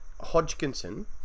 Hodgkinson